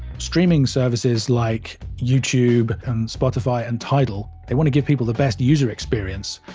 streaming services like youtube and spotify and tidal, they want to give people the best user experience,